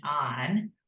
on